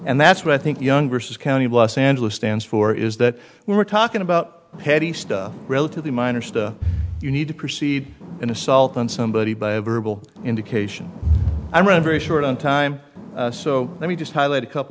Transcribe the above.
and that's what i think younger says county of los angeles stands for is that we're talking about petty stuff relatively minor stuff you need to proceed an assault on somebody by a verbal indication i read very short on time so let me just highlight a couple